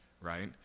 right